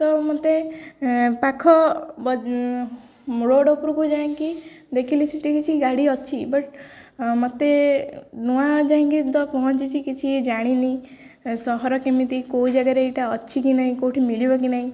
ତ ମୋତେ ପାଖ ରୋଡ୍ ଉପରକୁ ଯାଇକି ଦେଖିଲି ସେଠି କିଛି ଗାଡ଼ି ଅଛି ବଟ୍ ମୋତେ ନୂଆ ଯାଇକି ତ ପହଞ୍ଚିଛିି କିଛି ଜାଣିନି ସହର କେମିତି କୋଉ ଜାଗାରେ ଏଇଟା ଅଛି କି ନାଇ କୋଉଠି ମିଳିବ କି ନାଇଁ